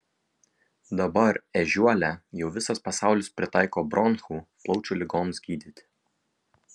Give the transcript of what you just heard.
dabar ežiuolę jau visas pasaulis pritaiko bronchų plaučių ligoms gydyti